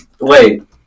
Wait